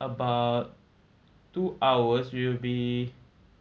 about two hours we will be